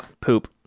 poop